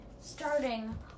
starting